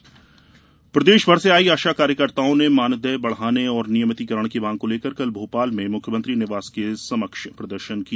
आशा कार्यकर्ता प्रदेश भर से आई आशा कार्यकर्ताओं ने मानदेय बढ़ाने और नियमितीकरण की मांग को लेकर कल भोपाल में मुख्यमंत्री निवास के समक्ष प्रदर्शन किया